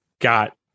got